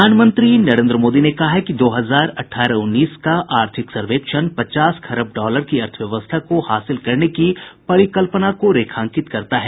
प्रधानमंत्री नरेंद्र मोदी ने कहा है कि दो हजार अठारह उन्नीस का आर्थिक सर्वेक्षण पचास खरब डॉलर की अर्थव्यवस्था को हासिल करने की परिकल्पना को रेखांकित करता है